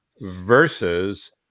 versus